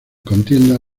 contienda